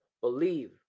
believe